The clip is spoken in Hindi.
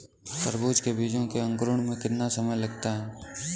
तरबूज के बीजों के अंकुरण में कितना समय लगता है?